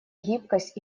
гибкость